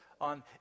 on